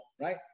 right